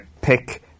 pick